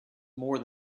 more